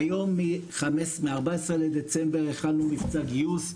והיום מ-14 בדצמבר הכנו מבצע גיוס.